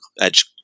edge